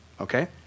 Okay